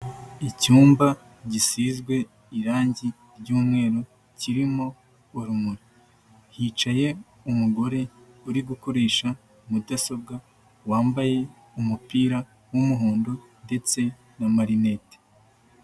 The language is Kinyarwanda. Icyumba gisizwe irange ry'umweru kirimo urumuri, hicaye umugore uri gukoresha mudasobwa wambaye umupira w'umuhondo ndetse n'amarinete.